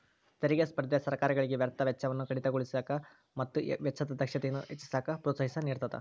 ತೆರಿಗೆ ಸ್ಪರ್ಧೆ ಸರ್ಕಾರಗಳಿಗೆ ವ್ಯರ್ಥ ವೆಚ್ಚವನ್ನ ಕಡಿತಗೊಳಿಸಕ ಮತ್ತ ವೆಚ್ಚದ ದಕ್ಷತೆಯನ್ನ ಹೆಚ್ಚಿಸಕ ಪ್ರೋತ್ಸಾಹ ನೇಡತದ